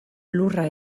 lurra